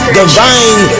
divine